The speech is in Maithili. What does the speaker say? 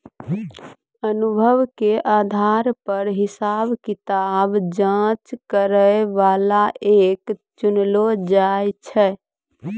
अनुभव के आधार पर हिसाब किताब जांच करै बला के चुनलो जाय छै